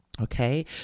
Okay